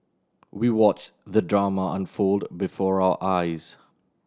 we watched the drama unfold before our eyes